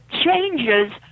changes